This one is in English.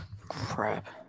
crap